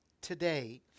today